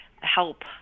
help